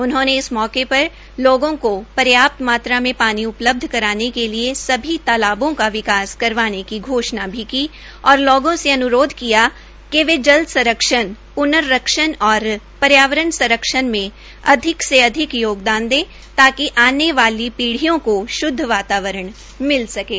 उन्होंने इस मौके पर लोगों को पर्याप्त मात्रा में पानी उपलब्ध कराने के लिये सभी तालाबों का विकास करवाने की घोषणा भी की और लोगों से अनुरोध किया वे संरक्षण पूर्न भरण और पर्यावरण संरक्षण में अधिक से अधिक योगदान दे ताकि आने वाली पीप्रियों को श्द्व वातावरण मिल सकें